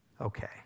Okay